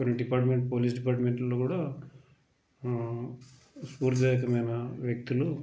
కొన్ని department police డిపార్ట్మెంట్లలో కూడా స్ఫూర్తిదాయకమయిన వ్యక్తులు